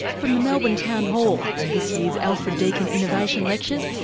from the melbourne town hall and this year's alfred deakin innovation lectures,